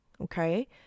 Okay